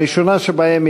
הראשונה שבהן,